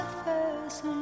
first